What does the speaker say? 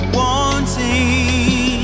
wanting